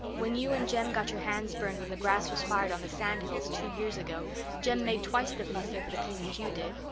when you and jem got your hands burned when the grass was fired on the sand-hills two years ago jem made twice the fuss over the pain that you did.